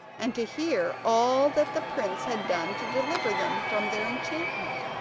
and to hear all that the prince had done to deliver them from their enchantment.